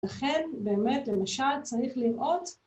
לכן באמת למשל צריך לראות